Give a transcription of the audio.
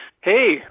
hey